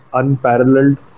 unparalleled